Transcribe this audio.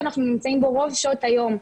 הדבר שאנחנו נמצאים בו רוב שעות היום,